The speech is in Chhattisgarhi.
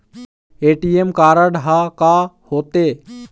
ए.टी.एम कारड हा का होते?